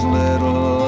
little